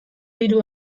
hiru